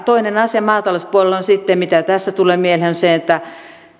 toinen asia maatalouspuolella mitä tässä tulee mieleen on se että